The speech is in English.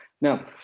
Now